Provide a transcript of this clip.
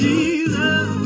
Jesus